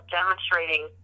demonstrating